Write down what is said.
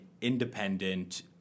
independent